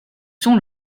sont